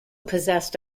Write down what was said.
possessed